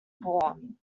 born